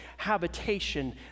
habitation